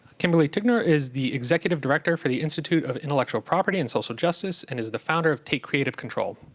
kimberly tignor is the executive director for the institute of intellectual property and social justice, and is the founder of take creative control.